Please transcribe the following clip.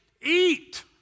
Eat